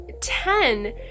ten